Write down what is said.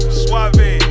suave